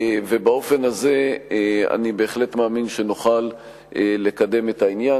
ובאופן הזה אני בהחלט מאמין שנוכל לקדם את העניין.